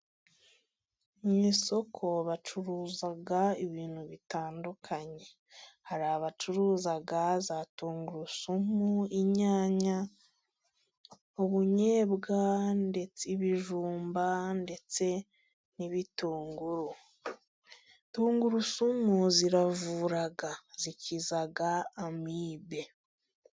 M isoko bacuruza ibintu bitandukanye hari abacuruza za tungurusumu, inyanya ,ubunyobwa ndetse ibijumba ndetse n'ibitunguru ,tungurusumu ziravura zikiza amibe.